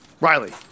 Riley